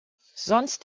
sonst